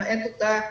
למעט אותה